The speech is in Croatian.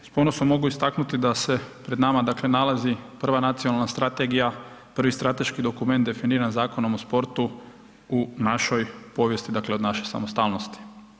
S ponosom mogu istaknuti da se pred nama, dakle nalazi prva nacionalna strategija, prvi strateški dokument definiran Zakonom o sportu u našoj povijesti, dakle od naše samostalnosti.